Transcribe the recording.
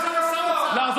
למה אתה לא נלחם על התינוקות?